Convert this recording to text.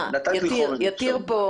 נתת לי חומר למחשבה.